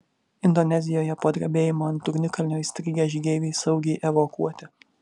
indonezijoje po drebėjimo ant ugnikalnio įstrigę žygeiviai saugiai evakuoti